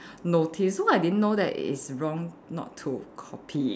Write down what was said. notice so I didn't know it is wrong not to copy